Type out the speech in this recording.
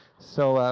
so,